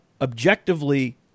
objectively